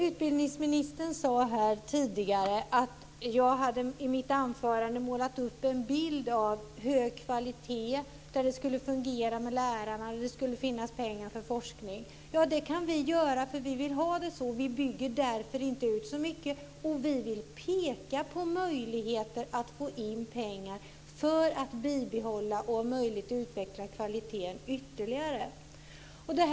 Utbildningsministern sade tidigare här att jag i mitt anförande målat upp en bild av hög kvalitet, av att det fungerar med lärarna och av att det finns pengar till forskning. Ja, det kan vi göra, för vi vill ha det så. Därför bygger vi inte ut så mycket. Vi vill peka på möjligheter att få in pengar för att bibehålla och om möjligt ytterligare utveckla kvaliteten.